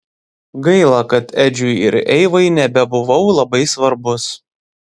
gaila kad edžiui ir eivai nebebuvau labai svarbus